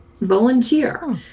volunteer